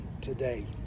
today